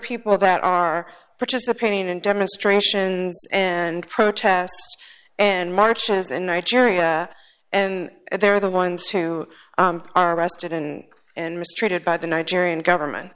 people that are participating in demonstrations and protests and marches in nigeria and they're the ones who are arrested and and mistreated by the nigerian government